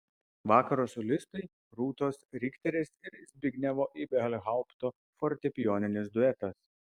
vakaro solistai rūtos rikterės ir zbignevo ibelhaupto fortepijoninis duetas